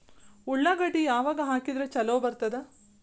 ಉಳ್ಳಾಗಡ್ಡಿ ಯಾವಾಗ ಹಾಕಿದ್ರ ಛಲೋ ಬರ್ತದ?